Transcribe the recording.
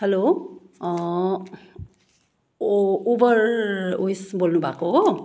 hello ओ Uber उयस बोल्नुभएको हो